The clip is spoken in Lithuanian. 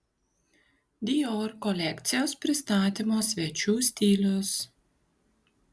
dior kolekcijos pristatymo svečių stilius